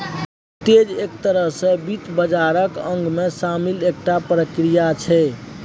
arbitrage एक तरह सँ वित्त बाजारक अंगमे शामिल एकटा प्रक्रिया छै